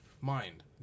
mind